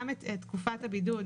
גם את תקופת הבידוד,